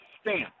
Stamp